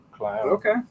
Okay